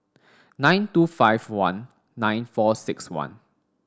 nine two five one nine four six one